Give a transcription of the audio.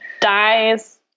dies